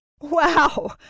Wow